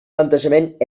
plantejament